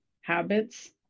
habits